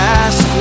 ask